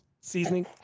Seasoning